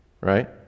right